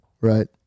Right